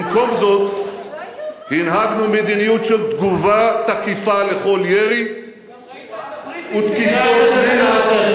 במקום זאת הנהגנו מדיניות של תגובה תקיפה לכל ירי ותקיפות מנע,